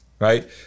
right